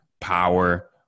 power